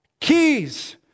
keys